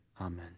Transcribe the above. Amen